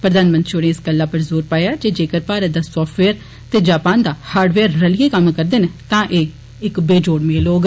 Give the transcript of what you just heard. प्रधानमंत्री होरें इस गल्ला पर जोर पाया जे जेकर भारत दा साफ्टवेयर ते जापान दा हाडवेयर रलियै कम्म करदे न तां एह इक्क बेजोड़ मेल होग